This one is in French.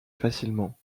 facilement